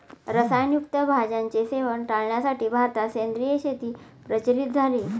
रसायन युक्त भाज्यांचे सेवन टाळण्यासाठी भारतात सेंद्रिय शेती प्रचलित झाली